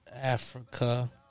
Africa